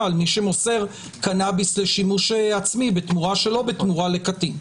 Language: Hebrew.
על מי שמוסר קנאביס לשימוש עצמי בתמורה או שלא בתמורה לקטין.